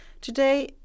today